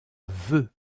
veux